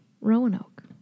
Roanoke